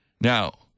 Now